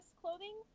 Clothing